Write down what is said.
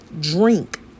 Drink